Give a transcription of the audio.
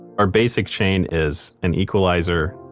our basic chain is an equalizer,